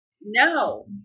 no